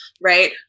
right